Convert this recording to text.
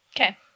Okay